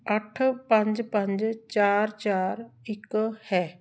ਅੱਠ ਪੰਜ ਪੰਜ ਚਾਰ ਚਾਰ ਇੱਕ ਹੈ